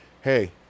Hey